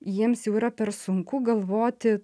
jiems jau yra per sunku galvoti